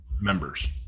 members